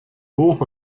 hoch